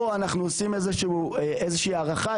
פה אנחנו עושים איזושהי הערכה,